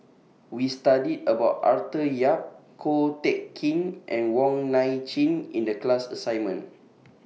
We studied about Arthur Yap Ko Teck Kin and Wong Nai Chin in The class assignment